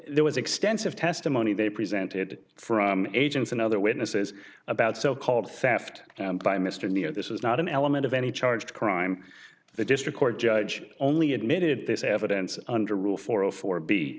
there was extensive testimony they presented from agents and other witnesses about so called faffed by mr neo this is not an element of any charged crime the district court judge only admitted this evidence under rule four zero four b